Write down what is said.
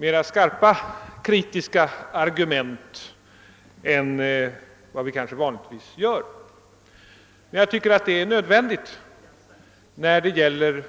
Men skarpare och mer kritiska argument är enligt min mening nödvändiga när det gäller